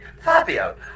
Fabio